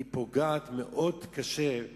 היא פוגעת קשה מאוד,